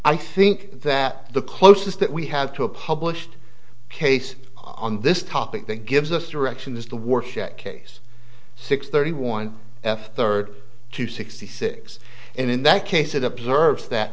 i think that the closest that we have to a published case on this topic that gives us direction is to worship case six thirty one f third to sixty six and in that case it observes that